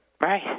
Right